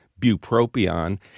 Bupropion